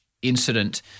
incident